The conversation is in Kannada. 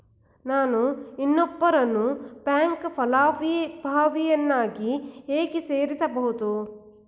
ನಾನು ಇನ್ನೊಬ್ಬರನ್ನು ಬ್ಯಾಂಕ್ ಫಲಾನುಭವಿಯನ್ನಾಗಿ ಹೇಗೆ ಸೇರಿಸಬಹುದು?